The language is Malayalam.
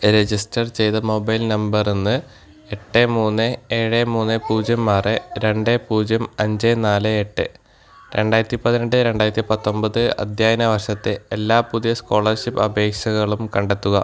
രജിസ്റ്റർ ചെയ്ത മൊബൈൽ നമ്പറിൽനിന്ന് എട്ട് മൂന്ന് ഏഴ് മൂന്ന് പൂജ്യം ആറ് രണ്ട് പൂജ്യം അഞ്ച് നാല് എട്ട് രണ്ടായിരത്തി പതിനെട്ട് രണ്ടായിരത്തി പത്തൊൻപത് അധ്യയന വർഷത്തെ എല്ലാ പുതിയ സ്കോളർഷിപ്പ് അപേക്ഷകളും കണ്ടെത്തുക